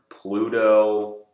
Pluto